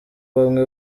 bamwe